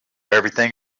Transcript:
everything